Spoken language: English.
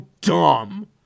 dumb